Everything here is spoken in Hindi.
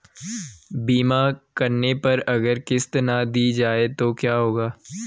बीमा करने पर अगर किश्त ना दी जाये तो क्या होगा?